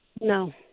No